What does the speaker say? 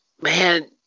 man